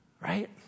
right